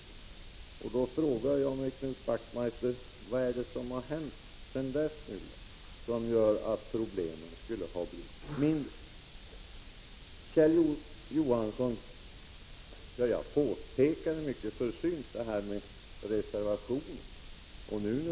Vad är det som har hänt sedan dess, Knut Wachtmeister, som gör att problemen skulle ha blivit mindre? Vad beträffar reservation 3, Kjell Johansson, gjorde jag bara ett mycket försynt påpekande.